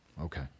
Okay